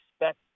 expect